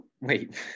wait